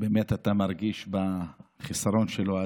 באמת אתה מרגיש בחיסרון שלו,